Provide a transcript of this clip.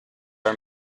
are